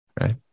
right